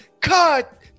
Cut